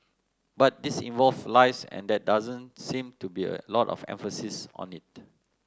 but this involves lives and there doesn't seem to be a lot of emphasis on it